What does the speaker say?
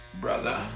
Brother